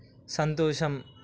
సంతోషం